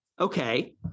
okay